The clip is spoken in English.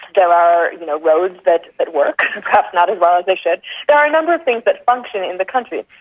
there are, you know, roads that that work, perhaps not as well as they should. there are a number of things that function in the country.